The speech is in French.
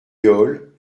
yole